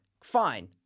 fine